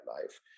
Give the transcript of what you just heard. life